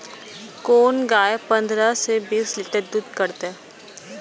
कोन गाय पंद्रह से बीस लीटर दूध करते?